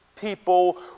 people